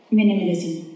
Minimalism